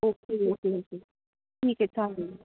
okay okay okay ठीक आहे चालेल